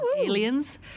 aliens